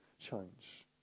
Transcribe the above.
change